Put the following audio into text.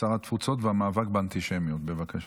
שר התפוצות והמאבק באנטישמיות, בבקשה.